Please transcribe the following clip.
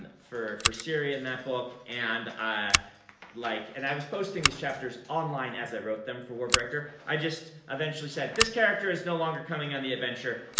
for for siri in that book. and i like and i was posting these chapters online as i wrote them for warbreaker. i just eventually said, this character is no longer coming on the adventure,